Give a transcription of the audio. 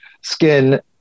skin